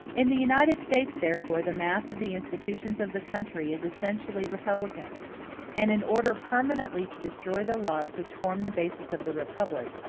in the united states, therefore, the mass of the institutions of the country is essentially republican and in order permanently to destroy the laws which form the basis of the republic,